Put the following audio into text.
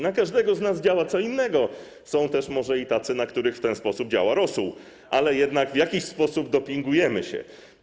Na każdego z nas działa co innego, są też może tacy, na których w ten sposób działa rosół, ale jednak w jakiś sposób dopingujemy się.